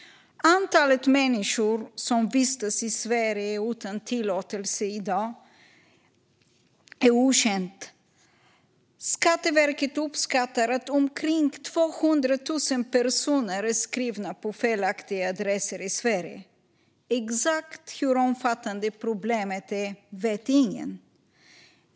Antalet människor som vistas i Sverige utan tillåtelse i dag är okänt. Skatteverket uppskattar att omkring 200 000 personer är skrivna på felaktiga adresser i Sverige. Exakt hur omfattande problemet är vet ingen.